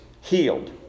healed